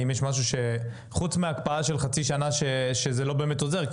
האם יש משהו חוץ מהקפאה של חצי שנה שזה לא באמת עוזר,